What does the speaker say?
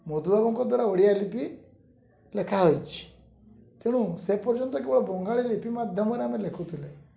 ମଧୁବାବୁଙ୍କ ଦ୍ୱାରା ଓଡ଼ିଆ ଲିପି ଲେଖା ହୋଇଛି ତେଣୁ ସେ ପର୍ଯ୍ୟନ୍ତ କେବଳ ବଙ୍ଗାଳୀ ଲିପି ମାଧ୍ୟମରେ ଆମେ ଲେଖୁଥିଲେ